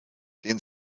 den